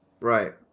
Right